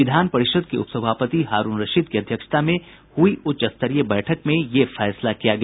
विधान परिषद के उपसभापति हारूण रशीद की अध्यक्षता में हुई उच्च स्तरीय बैठक में ये फैसला किया गया